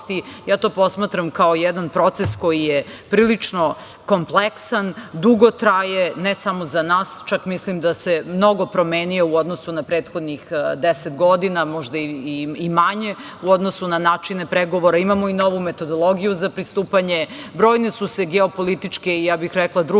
ja to posmatram kao jedan proces koji je prilično kompleksan, dugo traje, ne samo za nas, čak mislim da se mnogo promenio u odnosu na prethodnih deset godina, možda i manje, u odnosu na načine pregovora, imamo i novu metodologiju za pristupanje. Brojne su se geopolitičke i rekla bih druge